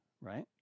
right